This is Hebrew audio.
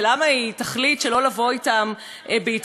ולמה היא תחליט שלא לבוא אתם בהתקשרות?